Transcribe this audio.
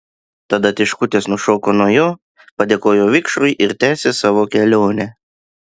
tada tiškutės nušoko nuo jo padėkojo vikšrui ir tęsė savo kelionę